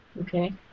Okay